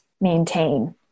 maintain